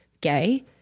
gay